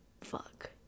fuck